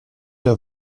der